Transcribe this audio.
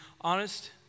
honest